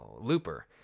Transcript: Looper